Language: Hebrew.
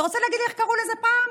אתה רוצה להגיד לי איך קראו לזה פעם?